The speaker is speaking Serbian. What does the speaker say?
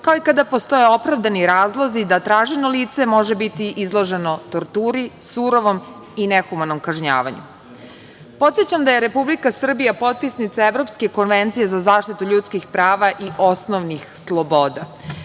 kao i kada postoje opravdani razlozi da traženo lice može biti izloženo torturi, surovom i nehumanom kažnjavanju. Podsećam da je Republika Srbija potpisnica Evropske konvencije za zaštitu ljudskih prava i osnovnih sloboda.